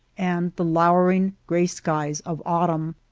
and the lowering gray skies of autumn.